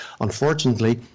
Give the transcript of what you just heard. unfortunately